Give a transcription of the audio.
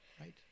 right